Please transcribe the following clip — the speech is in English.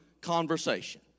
conversation